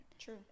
True